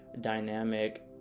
dynamic